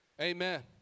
Amen